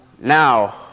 Now